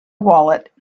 wallet